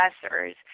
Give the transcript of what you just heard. professors